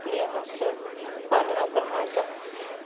नियमस्य पालनकरणार्थम्